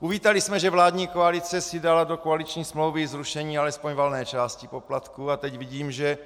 Uvítali jsme, že vládní koalice si dala do koaliční smlouvy zrušení alespoň valné části poplatků, a teď vidím, že